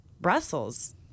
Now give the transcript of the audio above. Brussels